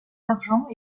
d’argent